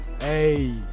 hey